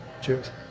Cheers